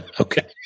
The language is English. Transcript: Okay